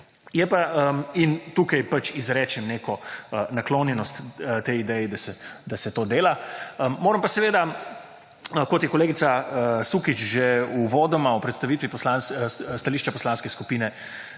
in tukaj izrečem neko naklonjenost tej ideji, da se to dela. Kot je kolegica Sukič že uvodoma v predstavitvi stališča poslanske skupine